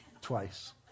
twice